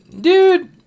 dude